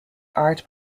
art